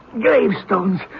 gravestones